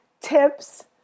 tips